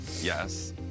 Yes